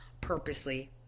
purposely